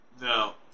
No